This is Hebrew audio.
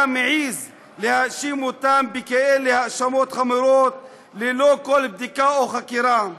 מעז להאשים אותם בהאשמות חמורות כאלה ללא כל בדיקה או חקירה,